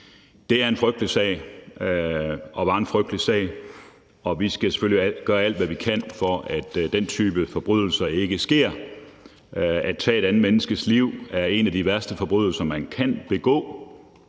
det er en frygtelig sag, og vi skal selvfølgelig gøre alt, hvad vi kan, for at den type forbrydelser ikke sker. At tage et andet menneskes liv er en af de værste forbrydelser, nogen kan begå,